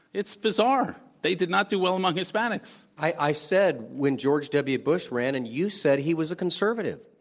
it's bizarre. they did not do well among hispanics. i said when george w. bush ran, and you said he was a conservative.